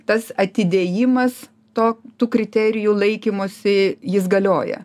tas atidėjimas to tų kriterijų laikymosi jis galioja